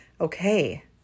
Okay